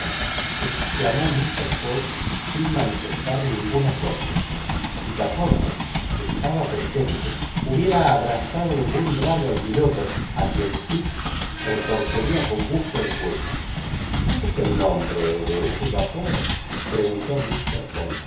exclamó mister fogg sin manifestar ningun asombro picaporte que estaba presente hubiera abrazado de buen grado al piloto a quien fix retorcería con gusto el cuello cuál es el nombre de ese vapor preguntó mister fogg